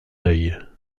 œil